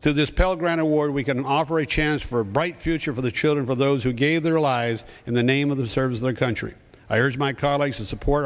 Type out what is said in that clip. so this pell grant award we can offer a chance for a bright future for the children for those who gave their allies in the name of the service their country i urge my colleagues to support